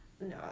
No